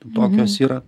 tokios yra